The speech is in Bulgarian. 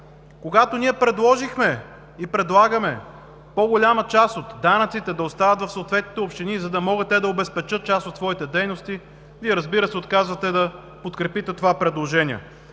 Когато ние предложихме и предлагаме по-голяма част от данъците да остават в съответните общини, за да могат те да обезпечат част от своите дейности, Вие, разбира се, отказвате да подкрепите това предложение.